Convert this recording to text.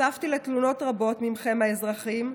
נחשפתי לתלונות רבות מכם, האזרחים,